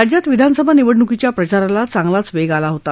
राज्यात विधानसभा निवडणुकीच्या प्रचाराला चांगलाच वेग आला आहे